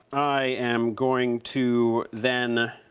i am going to then